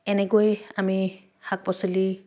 এনেকৈ আমি শাক পাচলি